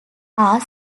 are